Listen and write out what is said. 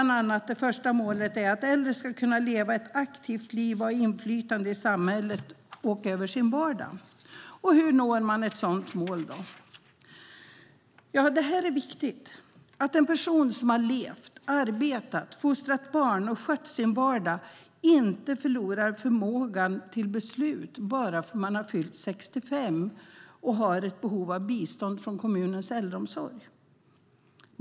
Det första målet är att äldre ska kunna leva ett aktivt liv och ha inflytande i samhället och över sin vardag. Hur uppnår man ett sådant mål? Det här är viktigt. En person som levt, arbetat, fostrat barn och skött sin vardag förlorar inte förmågan till beslut bara för att han eller hon fyllt 65 år och har behov av bistånd från kommunens äldreomsorg.